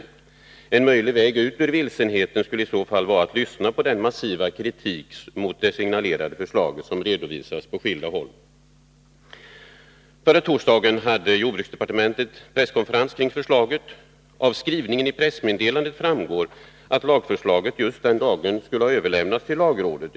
Om så är fallet skulle en möjlig väg ut ur vilsenheten vara att man lyssnar på den massiva kritik mot det signalerade förslaget som redovisas på skilda håll. Förra torsdagen inbjöd man från jordbruksdepartementet till presskonferens med anledning av förslaget. Av skrivningen i pressmeddelandet framgår att lagförslaget just den dagen skulle ha överlämnats till lagrådet.